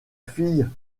fille